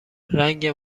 رنگ